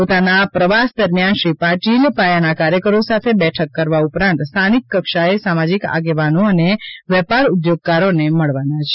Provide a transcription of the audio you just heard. પોતાના પ્રવાસ દરમ્યાન શ્રી પાટિલ પાયાના કાર્યકરો સાથે બેઠક કરવા ઉપરાંત સ્થાનિક કક્ષાએ સામાજિક આગેવાનો અને વેપાર ઉદ્યોગકારો ને મળવાના છે